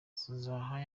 zahara